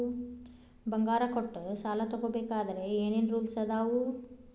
ಬಂಗಾರ ಕೊಟ್ಟ ಸಾಲ ತಗೋಬೇಕಾದ್ರೆ ಏನ್ ಏನ್ ರೂಲ್ಸ್ ಅದಾವು?